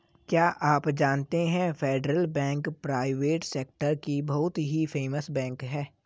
क्या आप जानते है फेडरल बैंक प्राइवेट सेक्टर की बहुत ही फेमस बैंक है?